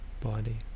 body